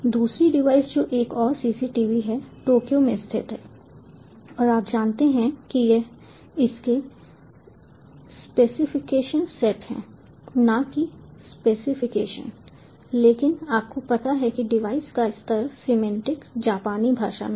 दूसरी डिवाइस जो एक और सीसीटीवी है टोक्यो में स्थित है और आप जानते हैं कि यह इसके स्पेसिफिकेशन सेट हैं न कि स्पेसिफिकेशन लेकिन आपको पता है कि डिवाइस का स्तर सिमेंटिक जापानी भाषा में है